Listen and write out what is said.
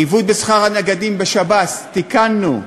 עיוות בשכר הנגדים בשב"ס, תיקנו.